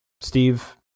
Steve